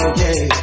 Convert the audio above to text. Okay